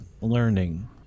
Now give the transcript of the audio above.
learning